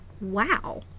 wow